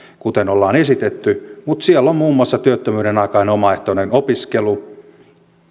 kuten ollaan esitetty mutta siellä on muun muassa työttömyyden aikainen omaehtoinen opiskelu